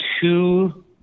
two